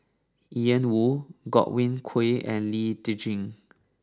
Ian Woo Godwin Koay and Lee Tjin